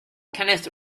kenneth